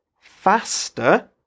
faster